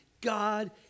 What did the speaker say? God